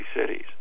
cities